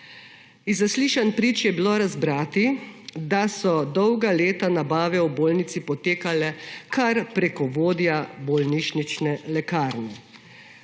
zaslišanj prič je bilo razbrati, da so dolga leta nabave v bolnišnici potekale kar preko vodje bolnišnične lekarne.